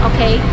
Okay